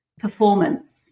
performance